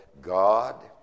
God